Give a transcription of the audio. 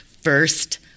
first